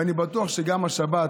ואני בטוח שגם השבת